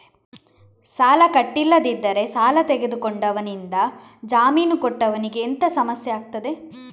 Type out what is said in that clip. ಸಾಲ ಕಟ್ಟಿಲ್ಲದಿದ್ದರೆ ಸಾಲ ತೆಗೆದುಕೊಂಡವನಿಂದ ಜಾಮೀನು ಕೊಟ್ಟವನಿಗೆ ಎಂತ ಸಮಸ್ಯೆ ಆಗ್ತದೆ?